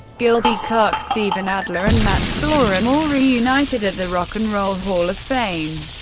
gilby clarke, steven adler and matt sorum all reunited at the rock and roll hall of fame.